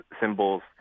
symbols